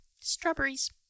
Strawberries